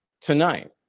tonight